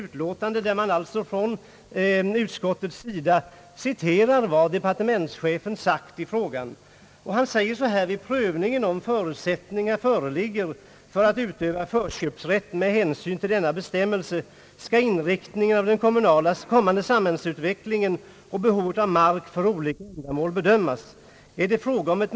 utlåtånde, där utskottet citerar vad departementschefen anfört i frågan. Han:säger: » Vid prövningen av om förutsättning föreligger :-att:-«utöva förköpsrätt med hänsyn till denna bestämmelse skall inriktningen av den kommande samhällsutvecklingen :och :behovet av mark för olika ändamål::bedömas. Är det fråga om : ett.